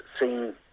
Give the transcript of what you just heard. seen